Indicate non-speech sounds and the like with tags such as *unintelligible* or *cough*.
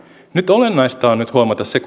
olennaista on nyt huomata se *unintelligible*